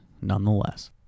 nonetheless